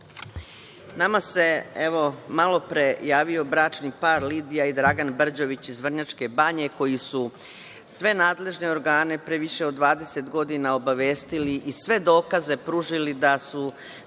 Nama se, evo, malopre javio bračni par Lidija i Dragan Brđović iz Vrnjačke Banje, koji su sve nadležne organe pre više od 20 godina obavestili i sve dokaze pružili da je